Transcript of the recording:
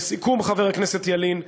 לסיכום, חבר הכנסת ילין,